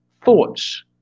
thoughts